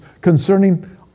concerning